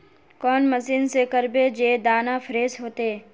कौन मशीन से करबे जे दाना फ्रेस होते?